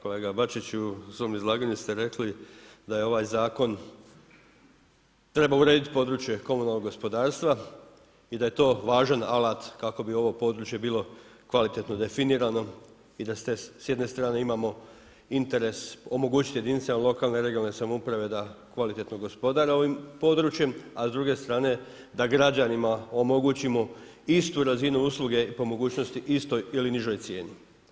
Kolega Bačiću u svom izlaganju ste rekli da je ovaj zakon treba urediti područje komunalnog gospodarstva i da je to važan alat kako bi ovo područje bilo kvalitetno definirano i da s jedne strane imamo interes omogućiti jedinicama lokalne i regionalne samouprave da kvalitetno gospodare ovim područjem, a s druge strane da građanima omogućimo istu razinu usluge po mogućnosti istoj ili nižoj cijeni.